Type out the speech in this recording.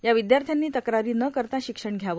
या विद्यार्थ्यांनी तक्रारी न करता शिक्षण घ्यावे